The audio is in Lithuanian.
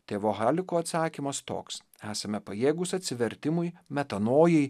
tėvo haliko atsakymas toks esame pajėgūs atsivertimui metanojai